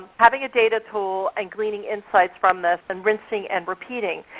having a data tool, and gleaning insights from this, and rinsing and repeating.